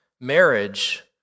marriage